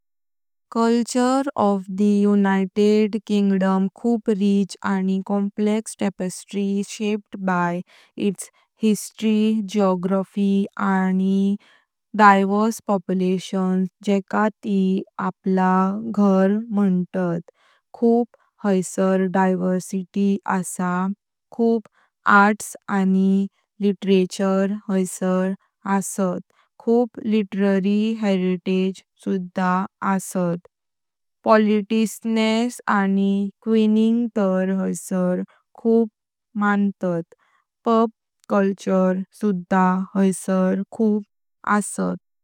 युनाइटेड किंगडमची संस्कृती खूप रिच आणि कॉम्प्लेक्स टेपेस्ट्री आसा, ज्या तेंच्या इतिहास, भूगोल आनि तेचे विविध लोकसंख्या ज्या आपलें घर मानतात लागू स्थापन केल्यान। खूप हायसार डाइवर्सिटी आसा। खूप आर्ट्स आनि लिटरचर हायसार आसा। खुपा लिटरेरी हेरिटेज आसा। पोलाइटनेस आनि क्यूइंग तर हायसार खूप मानतात। पब कल्चर सुद्धा हायसार आसा।